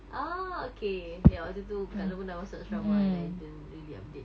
ah okay ya masa tu kak long pun dah masuk asrama I didn't really update